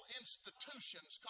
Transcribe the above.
institutions